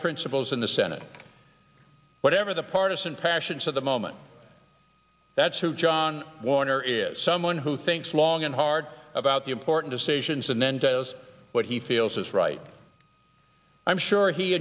principles in the senate whatever the partisan passions of the moment that's who john warner is someone who thinks long and hard about the important decisions and then does what he feels is right i'm sure he